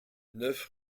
neuf